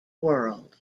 world